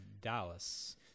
dallas